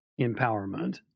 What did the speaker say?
empowerment